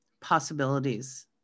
Possibilities